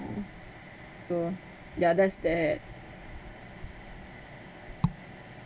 so there are best that